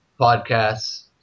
podcasts